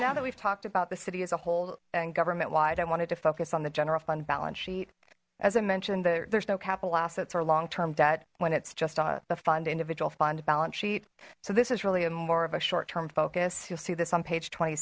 now that we've talked about the city as a whole and government wide i wanted to focus on the general fund balance sheet as i mentioned there's no capital assets or long term debt when it's just a fund individual fund balance sheet so this is really a more of a short term focus you'll see this on page twenty